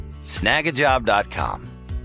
Snagajob.com